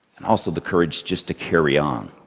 and also the courage just to carry on.